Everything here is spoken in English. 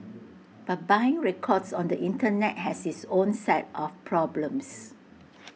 but buying records on the Internet has its own set of problems